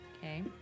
Okay